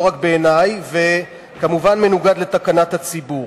לא רק בעיני וכמובן מנוגד לתקנת הציבור.